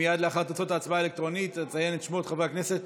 מייד לאחר תוצאות ההצבעה האלקטרונית אציין את שמות חברי הכנסת.